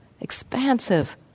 Expansive